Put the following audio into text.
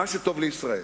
מה שטוב לישראל,